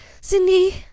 Cindy